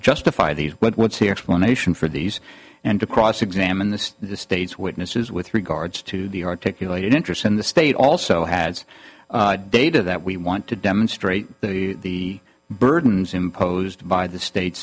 justify these what's the explanation for these and to cross examine the state's witnesses with read guards to the articulate interest in the state also has data that we want to demonstrate the burdens imposed by the state